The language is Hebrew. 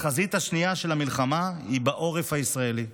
החזית השנייה של המלחמה היא בעורף הישראלי,